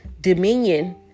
dominion